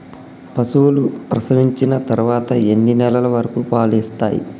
పశువులు ప్రసవించిన తర్వాత ఎన్ని నెలల వరకు పాలు ఇస్తాయి?